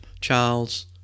Charles